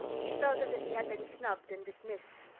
he felt as if he had been snubbed and dismissed.